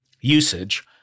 Usage